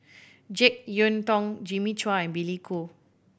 Jek Yeun Thong Jimmy Chua and Billy Koh